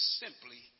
simply